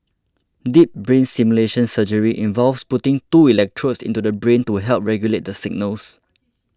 deep brain stimulation surgery involves putting two electrodes into the brain to help regulate the signals